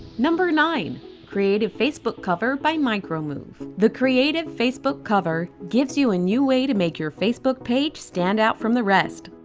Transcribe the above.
number nine creative facebook cover by micromove the creative facebook cover gives you a new way to make your facebook page stand out from the rest.